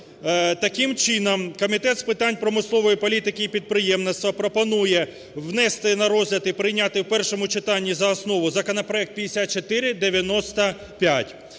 Таким чином Комітет з питань промислової політики і підприємництва пропонує внести на розгляд і прийняти в першому читанні за основу законопроект 5495.